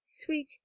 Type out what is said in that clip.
Sweet